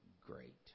great